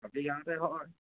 হাতীগাঁৱতে ঘৰ